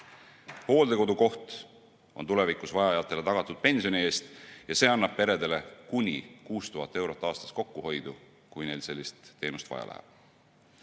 Hooldekodukoht on tulevikus vajajatele tagatud pensioni eest ja see annab peredele kuni 6000 eurot aastas kokkuhoidu, kui neil sellist teenust vaja läheb.